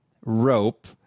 rope